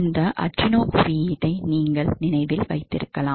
இந்த Arduino குறியீட்டை நீங்கள் நினைவில் வைத்திருக்கலாம்